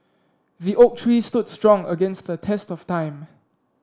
the oak tree stood strong against the test of time